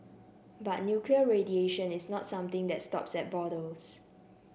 but nuclear radiation is not something that stops at borders